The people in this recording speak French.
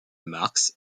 marx